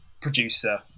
producer